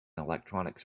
electronics